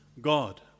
God